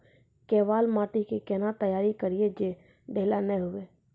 केवाल माटी के कैना तैयारी करिए जे ढेला नैय हुए?